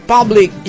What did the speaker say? Public